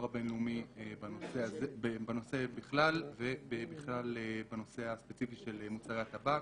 הבינלאומי בנושא בכלל ובנושא הספציפי של מוצרי הטבק.